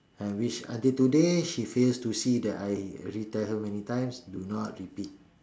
I wish until today she fails to see that I actually tell her many times do not repeat